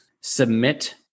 submit